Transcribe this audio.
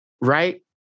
Right